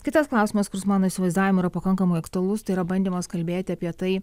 kitas klausimas kuris mano įsivaizdavimu yra pakankamai aktualus tai yra bandymas kalbėti apie tai